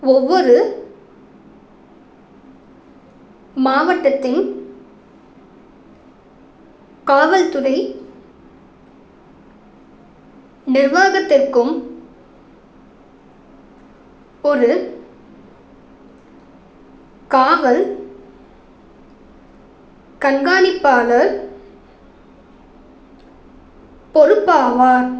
ஒவ்வொரு மாவட்டத்தின் காவல்துறை நிர்வாகத்திற்கும் ஒரு காவல் கண்காணிப்பாளர் பொறுப்பாவார்